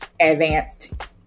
advanced